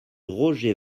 roger